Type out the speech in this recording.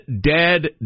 dead